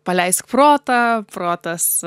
paleisk protą protas